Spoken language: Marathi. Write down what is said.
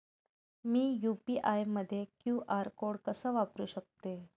मी यू.पी.आय मध्ये क्यू.आर कोड कसा वापरु शकते?